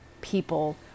people